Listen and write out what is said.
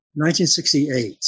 1968